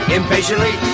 impatiently